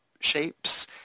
shapes